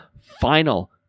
final